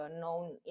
known